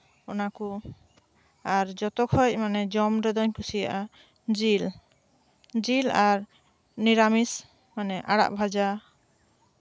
ᱚᱱᱟ ᱠᱚ ᱟᱨ ᱡᱷᱚᱛᱚ ᱠᱷᱚᱱ ᱡᱚᱢ ᱨᱮᱫᱚᱧ ᱠᱩᱥᱤᱭᱟᱜᱼᱟ ᱡᱮᱹᱞ ᱡᱮᱞ ᱟᱨ ᱱᱤᱨᱟᱢᱤᱥ ᱢᱟᱱᱮ ᱟᱲᱟᱜ ᱵᱷᱟᱡᱟ